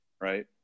right